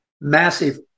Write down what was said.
massive